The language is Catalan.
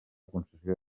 concessió